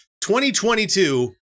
2022